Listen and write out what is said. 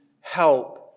help